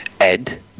Ed